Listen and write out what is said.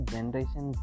Generation